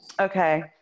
okay